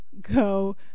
go